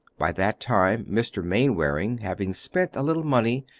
by that time mr. mainwaring, having spent a little money,